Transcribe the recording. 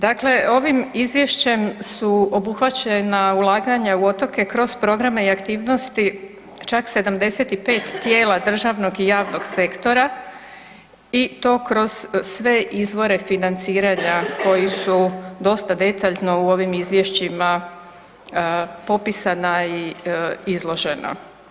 Dakle, ovim izvješćem su obuhvaćena ulaganja u otoke kroz programe i aktivnosti čak 75 tijela državnog i javnog sektora i to kroz sve izvore financiranja koji su dosta detaljno u ovim izvješćima popisana i izloženo.